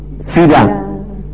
FIDA